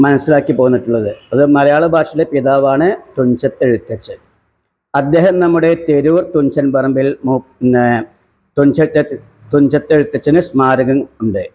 മനസ്സിലാക്കി പോന്നിട്ടുള്ളത് അത് മലയാള ഭാഷയുടെ പിതാവാണ് തുഞ്ചത്ത് എഴുത്തച്ഛൻ അദ്ദേഹം നമ്മുടെ തെരൂർ തുഞ്ചൻ പറമ്പിൽ മുൻപേ തുഞ്ചത്ത് തുഞ്ചത്ത് എഴുത്തച്ഛൻ സ്മാരകം ഉണ്ട്